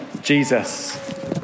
Jesus